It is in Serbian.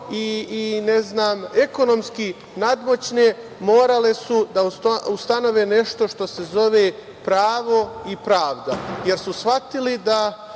i ekonomski nadmoćne, morale su da ustanove nešto što se zove pravo i pravda, jer su shvatili da